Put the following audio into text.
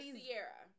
Sierra